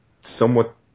somewhat